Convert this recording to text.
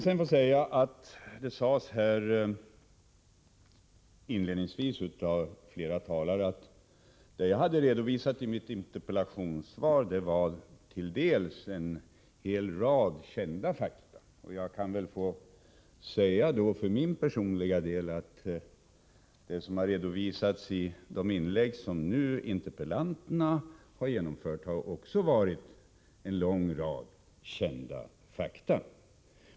Det sades här inledningsvis av flera talare att vad jag hade redovisat i mitt interpellationssvar var till dels en hel rad kända fakta. Då kan jag väl för min personliga del att vad som nu har redovisats i interpellanternas inlägg har också varit en lång rad kända fakta.